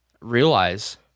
realize